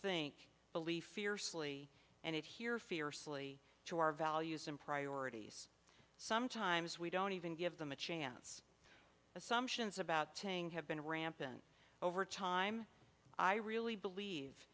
think belief fiercely and it here fiercely to our values and priorities sometimes we don't even give them a chance assumptions about ting have been rampant over time i really believe